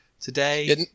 today